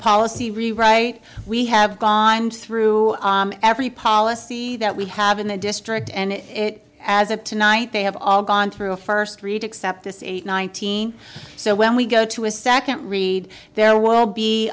policy rewrite we have gone through every policy that we have in the district and it as of tonight they have all gone through a first read except this eight nineteen so when we go to a second read there will be